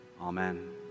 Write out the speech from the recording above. Amen